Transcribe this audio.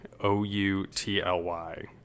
o-u-t-l-y